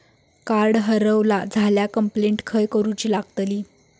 Card हरवला झाल्या complaint खय करूची लागतली?